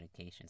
medications